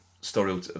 story